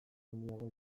handiago